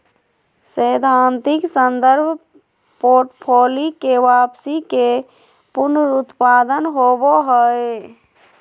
सैद्धांतिक संदर्भ पोर्टफोलि के वापसी के पुनरुत्पादन होबो हइ